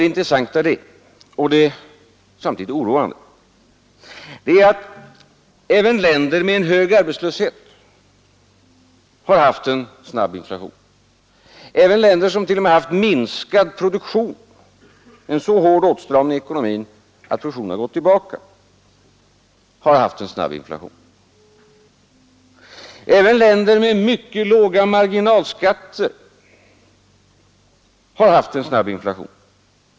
Det intressanta och samtidigt oroande är att även länder med en hög arbetslöshet har haft en snabb inflation. Även länder som t.o.m. haft minskad produktion — en så hård åtstramning i ekonomin att produktionen har gått tillbaka — har haft en snabb inflation. Även länder med mycket låga marginalskatter har haft en snabb inflation.